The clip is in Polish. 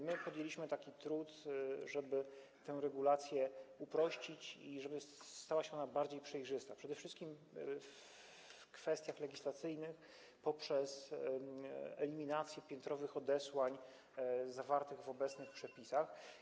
My podjęliśmy taki trud, żeby tę regulację uprościć i żeby stała się ona bardziej przejrzysta, przede wszystkim w kwestiach legislacyjnych, poprzez eliminację piętrowych odesłań zawartych w obecnych przepisach.